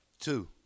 Two